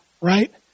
Right